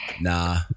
Nah